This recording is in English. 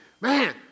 Man